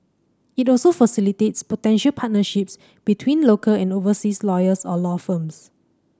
it also facilitates potential partnerships between local and overseas lawyers or law firms